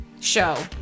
show